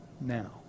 now